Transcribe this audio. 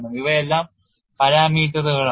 ഇവയെല്ലാം പാരാമീറ്ററുകളാണ്